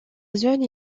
zone